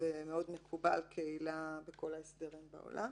ומקובל מאוד כעילה בכל ההסדרים בעולם.